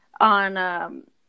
on